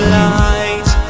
light